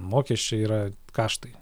mokesčiai yra kaštai